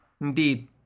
Indeed